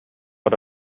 эрэ